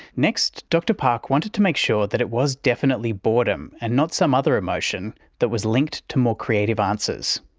next, dr park wanted to make sure that it was definitely boredom and not some other emotion that was linked to more creative answers.